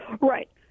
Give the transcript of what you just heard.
Right